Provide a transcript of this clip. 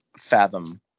fathom